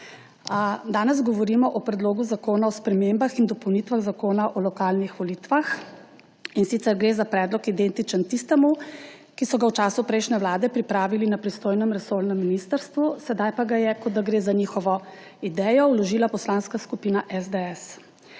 Danes govorimo o Predlogu zakona o spremembah in dopolnitvah Zakona o lokalnih volitvah, in sicer gre za predlog, identičen tistemu, ki so ga v času prejšnje vlade pripravili na pristojnem resornem ministrstvu, sedaj pa ga je, kot da gre za njihovo idejo, vložila Poslanska skupina SDS.